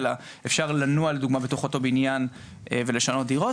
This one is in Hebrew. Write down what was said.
אלא אפשר לנוע לדוגמא בתוך אותו הבניין ולשנות דירות,